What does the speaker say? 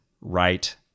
right